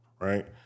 right